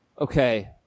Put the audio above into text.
Okay